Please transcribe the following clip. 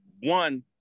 One